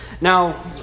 Now